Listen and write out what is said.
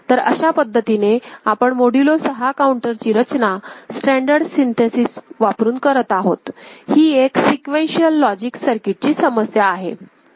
तर अशा पद्धतीने आपण मोडुलो ६ काउंटरची रचना स्टॅंडर्ड सिंथेसिस वापरून करत आहोत ही एक सिक्वेन्शिअल लॉजिक सर्किटची समस्या आहे